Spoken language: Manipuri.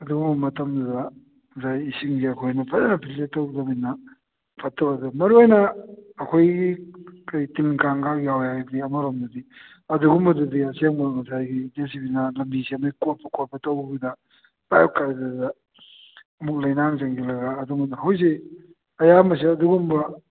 ꯑꯗꯨꯒꯨꯝꯕ ꯃꯇꯝꯗꯨꯗ ꯉꯁꯥꯏꯒꯤ ꯏꯁꯤꯡꯁꯦ ꯑꯩꯈꯣꯏꯅ ꯐꯖꯅ ꯄ꯭ꯔꯤꯖꯥꯕ ꯇꯧꯗꯕꯅꯤꯅ ꯐꯠꯇꯕꯗꯨ ꯃꯔꯨ ꯑꯣꯏꯅ ꯑꯩꯈꯣꯏꯒꯤ ꯀꯔꯤ ꯇꯤꯜ ꯀꯥꯡꯒ ꯌꯥꯎꯋꯦ ꯍꯥꯏꯔꯤꯗꯣ ꯑꯃꯔꯣꯝꯗꯗꯤ ꯑꯗꯨꯒꯨꯝꯕꯗꯨꯗꯤ ꯑꯁꯦꯡꯕ ꯉꯁꯥꯏꯒꯤ ꯖꯦ ꯁꯤ ꯕꯤꯅ ꯂꯝꯕꯤ ꯁꯦꯝꯕꯩ ꯀꯣꯠꯄ ꯈꯣꯠꯄ ꯇꯧꯕꯗꯨꯗ ꯄꯥꯏꯞ ꯀꯥꯏꯕꯗꯨꯗ ꯑꯃꯨꯛ ꯂꯩꯅꯥꯡ ꯆꯪꯁꯤꯜꯂꯒ ꯑꯗꯨꯃꯥꯏꯅ ꯍꯧꯖꯤꯛ ꯑꯌꯥꯝꯕꯁꯦ ꯑꯗꯨꯒꯨꯝꯕ